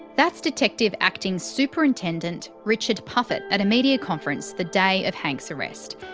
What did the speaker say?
that's detective acting superintendent richard puffett at a media conference the day of hanks' arrest.